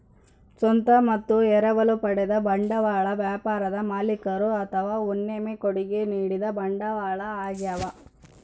ಸ್ವಂತ ಮತ್ತು ಎರವಲು ಪಡೆದ ಬಂಡವಾಳ ವ್ಯಾಪಾರದ ಮಾಲೀಕರು ಅಥವಾ ಉದ್ಯಮಿ ಕೊಡುಗೆ ನೀಡಿದ ಬಂಡವಾಳ ಆಗ್ಯವ